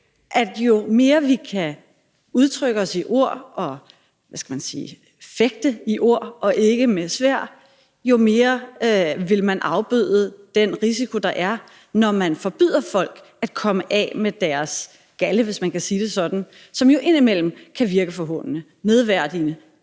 at jo mere vi kan udtrykke os i ord og – hvad skal man sige – fægte med ord og ikke med sværd, jo mere vil man afbøde den risiko, der er, når man forbyder folk at komme af med deres galde, hvis man kan sige det sådan, som jo indimellem kan virke forhånende, nedværdigende,